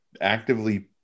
actively